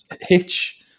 hitch